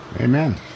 Amen